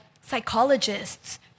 psychologists